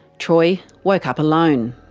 troy woke up alone.